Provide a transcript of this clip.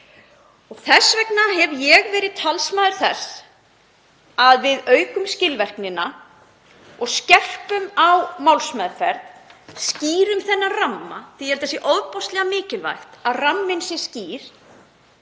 Þess vegna hef ég verið talsmaður þess að við aukum skilvirknina og skerpum á málsmeðferð, skýrum þennan ramma, því að ég held að það sé ofboðslega mikilvægt að ramminn sé skýr,